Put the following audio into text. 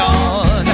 on